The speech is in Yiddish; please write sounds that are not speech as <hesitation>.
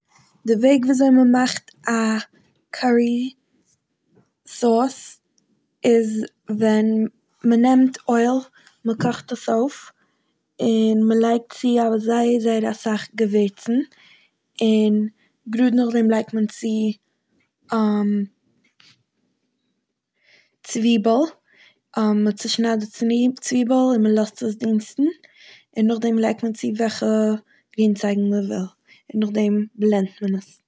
די וועג וויזוי מ'מאכט א קארי סאוס איז <noise> ווען מ'נעמט אויל, <noise> מ'קאכט עס אויף, און מ'לייגט צו א וו- זייער זייער אסאך געווירצן, און גראד נאכדעם לייגט מען צו <hesitation> צוויבל, <hesitation> מ'צושניידט די צוויבל, און מ'לאזט עס דינצטן, און נאכדעם לייגט מען צו וועלכע גרינצייגן מ'וויל, און נאכדעם בלענדט מען <unintelligible>